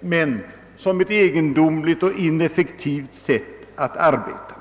män som ett egendomligt och ineffektivt sätt att arbeta.